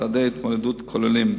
צעדי ההתמודדות כוללים: